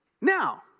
now